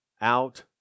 out